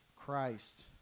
Christ